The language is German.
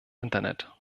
internet